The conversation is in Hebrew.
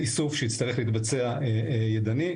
איסוף שיצטרך להתבצע ידנית,